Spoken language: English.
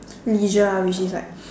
leisure ah which is like